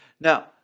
Now